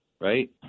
right